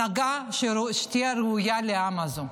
הנהגה שתהיה ראויה לעם הזה.